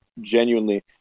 genuinely